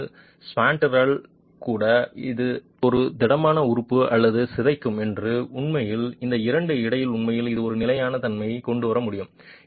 உண்மையில் ஸ்பான்ட்ரல் கூட அது ஒரு திடமான உறுப்பு அல்ல சிதைக்கும் என்று உண்மையில் இந்த இரண்டு இடையே உண்மையில் இது ஒரு நிலைமை நம்மை கொண்டு வர முடியும்